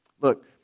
Look